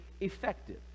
effective